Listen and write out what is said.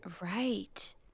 Right